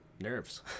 Nerves